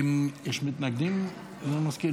יש מתנגדים, אדוני המזכיר?